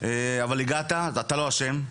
אבל הגעת, ואתה לא אשם.